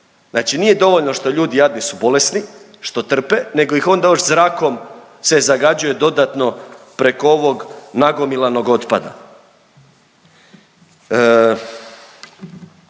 Znači nije dovoljno što ljudi jadni su bolesni, što trpe nego ih onda još zrakom se zagađuje dodatno preko ovog nagomilanog otpada.